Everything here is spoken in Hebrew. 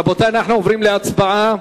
רבותי, אנחנו עוברים להצבעה.